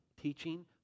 teaching